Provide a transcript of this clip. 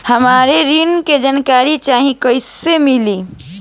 हमरा ऋण के जानकारी चाही कइसे मिली?